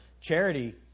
Charity